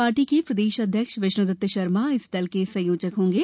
party के प्रदेश अध्यक्ष विष्णुदत्त शर्मा इस दल का संयोजक होंगे